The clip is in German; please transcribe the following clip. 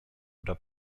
oder